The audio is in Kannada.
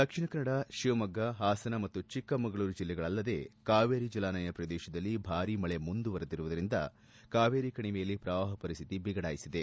ದಕ್ಷಿಣ ಕನ್ನಡ ಶಿವಮೊಗ್ಗ ಪಾಸನ ಮತ್ತು ಚಿಕ್ಕಮಗಳೂರು ಜಿಲ್ಲೆಗಳಲ್ಲದೆ ಕಾವೇರಿ ಜಲಾನಯನ ಪ್ರದೇಶದಲ್ಲಿ ಭಾರಿ ಮಳೆ ಮುಂದುವರೆದಿರುವುದರಿಂದ ಕಾವೇರಿ ಕಣಿವೆಯಲ್ಲಿ ಪ್ರವಾಹ ಪರಿಸ್ದಿತಿ ಬಿಗಡಾಯಿಸಿದೆ